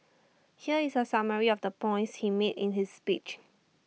here is A summary of the points he made in his speech